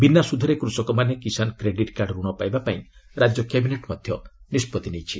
ବିନା ସୁଧରେ କୃଷକମାନେ କିଷାନ କ୍ରେଡିଟ କାର୍ଡ ରଣ ପାଇବା ପାଇଁ ରାଜ୍ୟ କ୍ୟାବିନେଟ୍ ମଧ୍ୟ ନିଷ୍ପଭି ନେଇଛି